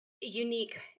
unique